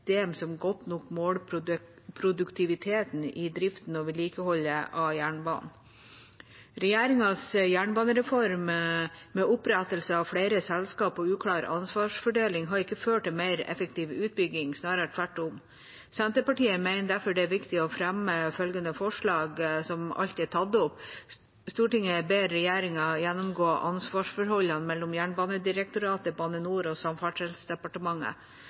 som godt nok måler produktiviteten i driften og vedlikeholdet av jernbanen. Regjeringas jernbanereform med opprettelse av flere selskaper og uklar ansvarsfordeling har ikke ført til en mer effektiv utbygging, snarere tvert om. Senterpartiet mener derfor det er viktig å fremme følgende forslag, som alt er tatt opp: «Stortinget ber regjeringen gjennomgå ansvarsforholdene mellom Jernbanedirektoratet, Bane NOR og Samferdselsdepartementet.»